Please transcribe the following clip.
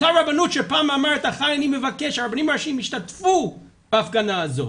אותה רבנות שפעם אמרה- חי אני מבקש- הרבנים הראשיים השתתפו בהפגנה הזאת.